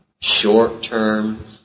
short-term